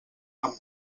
amb